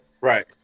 Right